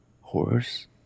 Horse